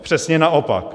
Přesně naopak.